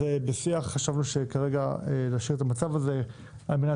אז בשיח חשבנו כרגע להשאיר את המצב הזה על מנת